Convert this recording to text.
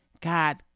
God